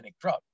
drug